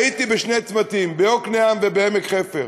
הייתי בשני צמתים, ביקנעם ובעמק-חפר.